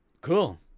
Cool